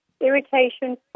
irritation